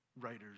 writers